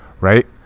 right